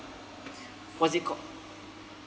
what's it called